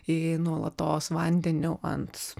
į nuolatos vandeniu ant